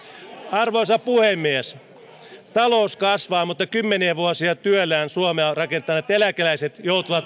arvoisa puhemies talous kasvaa mutta kymmeniä vuosia työllään suomea rakentaneet eläkeläiset joutuvat miettimään ostavatko ruokaa